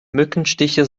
mückenstiche